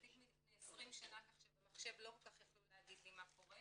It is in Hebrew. תיק מלפני 20 שנה כך שבמחשב לא יכלו כל כך להגיד לי מה קורה.